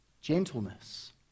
gentleness